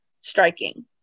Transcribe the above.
striking